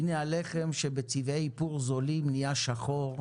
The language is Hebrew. הנה הלחם שבצבעי איפור זולים נהיה שחור,